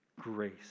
grace